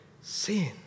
sin